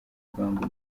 guhanga